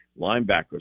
linebackers